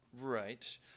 Right